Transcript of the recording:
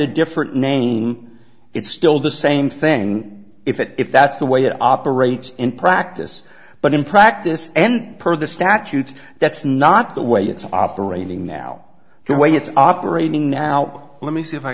a different name it's still the same thing if it if that's the way it operates in practice but in practice and per the statute that's not the way it's operating now the way it's operating now let me see if i